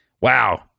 Wow